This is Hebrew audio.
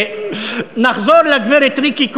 נחזור לגברת ריקי כהן.